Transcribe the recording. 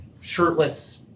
shirtless